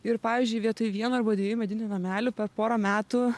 ir pavyzdžiui vietoj vieno arba dviejų medinių namelių per porą metų